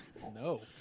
No